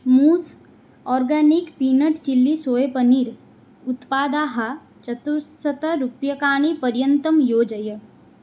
mousse organic peanut chilli soya paneer उत्पादाः चतुश्शतरूप्यकाणि पर्यन्तं योजय